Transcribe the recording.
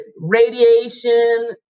radiation